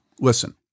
listen